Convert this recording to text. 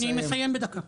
אני מסיים בדקה.